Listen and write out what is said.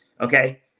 Okay